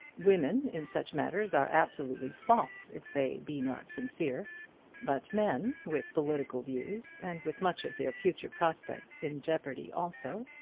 women in such matters are absolutely false if they be not sincere but men, with political views, and with much of their future prospects in jeopardy also,